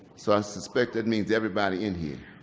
so i suspect that means everybody in here.